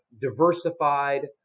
diversified